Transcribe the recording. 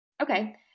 Okay